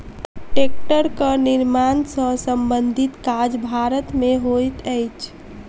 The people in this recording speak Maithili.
टेक्टरक निर्माण सॅ संबंधित काज भारत मे होइत अछि